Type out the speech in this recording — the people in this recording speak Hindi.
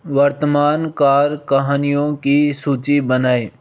वर्तमान कार कहानियों की सूची बनाएँ